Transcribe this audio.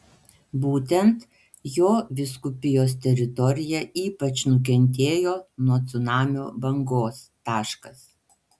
būtent jo vyskupijos teritorija ypač nukentėjo nuo cunamio bangos